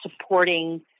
supporting